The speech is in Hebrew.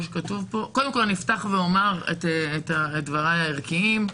קודם כול אפתח ואומר את דבריי הערכיים.